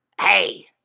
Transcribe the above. hey